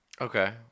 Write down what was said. Okay